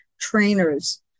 trainers